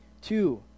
Two